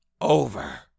over